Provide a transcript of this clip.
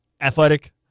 athletic